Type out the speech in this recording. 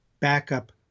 Backup